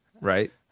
right